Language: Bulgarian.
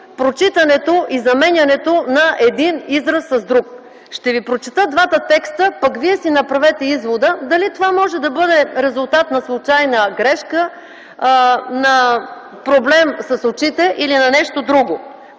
прочитането и заменянето на един израз с друг. Ще ви прочета двата текста, пък вие си направете извода дали това може да бъде резултат на случайна грешка, на проблем с очите, или на нещо друго.